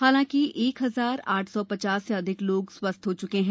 हलांकि एक हजार आठ सौ पचास से अधिक लोग स्वस्थ हो चुके हैं